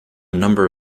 number